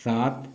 सात